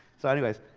so anyways,